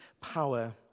power